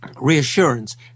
reassurance